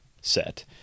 set